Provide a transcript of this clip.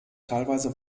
teilweise